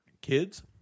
kids